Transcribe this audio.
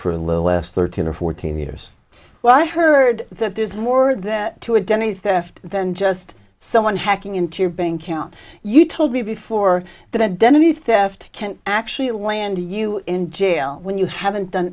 for a little less thirteen or fourteen years when i heard that there's more that to a denny theft than just someone hacking into your bank account you told me before that identity theft can actually land you in jail when you haven't done